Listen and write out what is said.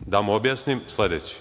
da mu objasnim, sledeći.